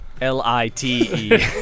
L-I-T-E